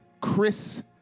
Chris